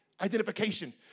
identification